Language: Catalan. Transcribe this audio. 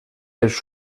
els